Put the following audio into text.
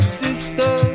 sister